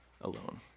alone